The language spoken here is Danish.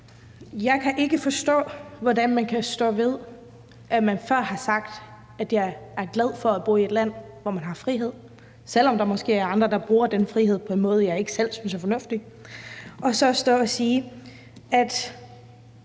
Jeg kan ikke forstå, hvordan man kan stå ved, at man før har sagt, at man er glad for at bo i et land, hvor man har frihed – selv om der måske er andre, der bruger den frihed på en måde, man ikke selv synes er fornuftig – og at man så står og siger, at